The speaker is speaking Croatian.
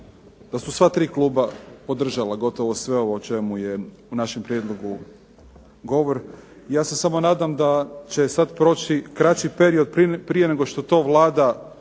da su sva tri kluba podržala gotovo sve ovo o čemu je u našem prijedlogu govor. Ja se samo nadam da će proći kraći period prije nego što to Vlada